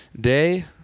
day